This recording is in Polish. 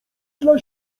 dla